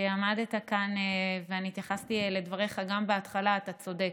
שעמדת כאן ואני התייחסתי לדבריך גם בהתחלה: אתה צודק.